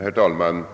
Herr talman!